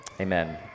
amen